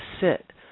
sit